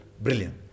Brilliant